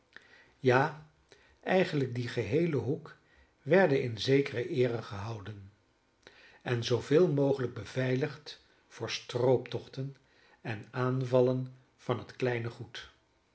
ja eigenlijk die geheele hoek werden in zekere eere gehouden en zooveel mogelijk beveiligd voor strooptochten en aanvallen van het kleine goed